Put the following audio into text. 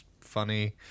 funny